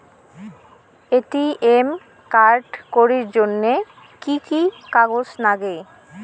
ATM card করির জন্যে কি কি কাগজ নাগে?